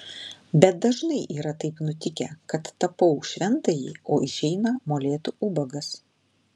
bet dažnai yra taip nutikę kad tapau šventąjį o išeina molėtų ubagas